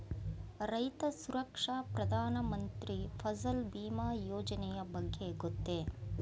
ರೈತ ಸುರಕ್ಷಾ ಪ್ರಧಾನ ಮಂತ್ರಿ ಫಸಲ್ ಭೀಮ ಯೋಜನೆಯ ಬಗ್ಗೆ ಗೊತ್ತೇ?